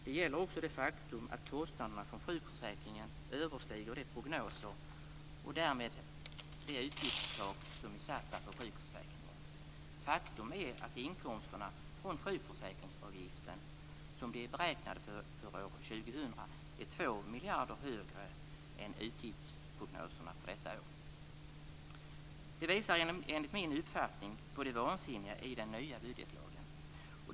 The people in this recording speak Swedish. Det gäller också det faktum att kostnaderna för sjukförsäkringen överstiger prognoserna och därmed det utgiftstak som är satt för sjukförsäkringen. Faktum är att inkomsterna från sjukförsäkringsavgiften enligt beräkningarna för år 2000 är 2 miljarder högre än utgiftsprognoserna för detta år. Detta visar enligt min uppfattning på det vansinniga i den nya budgetlagen.